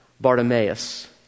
Bartimaeus